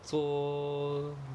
so